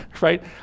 right